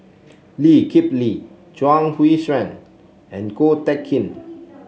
Lee Kip Lee Chuang Hui Tsuan and Ko Teck Kin